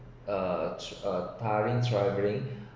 uh a tiring travelling